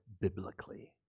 biblically